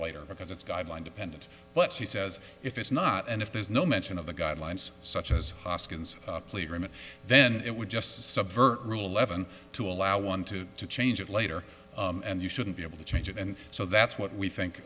later because it's guideline dependent but she says if it's not and if there's no mention of the guidelines such as hoskins plea agreement then it would just subvert rule eleven to allow one to change it later and you shouldn't be able to change it and so that's what we think